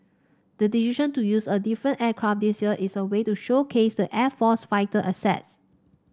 the decision to use a different aircraft this year is a way to showcase the air force fighter assets